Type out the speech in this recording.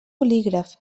bolígraf